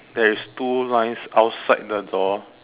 there is two lines outside the door